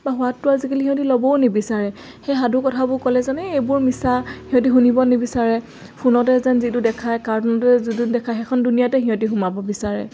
বা সোৱাদটো আজিকালি সিহঁতি ল'বও নিবিচাৰে সেই সাধুকথাবোৰ ক'লে যেন এইবোৰ মিছা সিহঁতে শুনিব নিবিচাৰে ফোনতে যেন যিটো দেখায় কাৰ্টুনতে যিটো দেখায় সেইখন দুনীয়াতে সিহঁতে সোমাব বিচাৰে